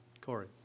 Corey